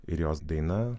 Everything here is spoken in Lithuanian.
ir jos daina